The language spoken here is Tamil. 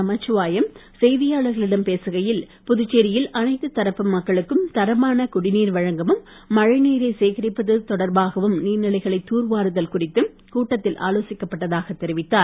நமச்சிவாயம் செய்தியாளர்களிடம் பேசுகையில் புதுச்சேரியில் அனைத்துத் தரப்பு மக்களுக்கும் தரமான தொடர்பாகவும் குடிநீர் வழங்கவும் மழைநீரை சேகரிப்பது நீர்நிலைகளை தூர்வாருதல் குறித்தும் கூட்டத்தில் ஆலோசிக்கப்பட்டதாக தெரிவித்தார்